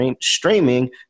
streaming